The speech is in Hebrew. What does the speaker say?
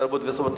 התרבות והספורט.